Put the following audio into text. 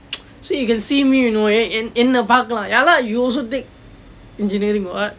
so you can see me you know eh என் என்னை பார்க்கலாம்:en ennai paarkklaam ya lah you also take engineering what